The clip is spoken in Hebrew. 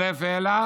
העלה